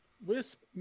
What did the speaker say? Wisp